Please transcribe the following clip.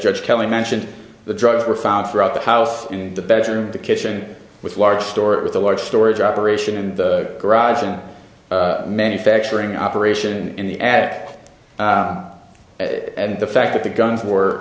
judge kelly mentioned the drugs were found throughout the house in the bedroom the kitchen with large storage with a large storage operation and the garage and manufacturing operation in the at it and the fact that the guns were